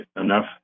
enough